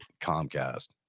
Comcast